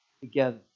together